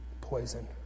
poison